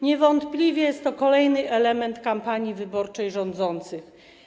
Niewątpliwie jest to kolejny element kampanii wyborczej rządzących.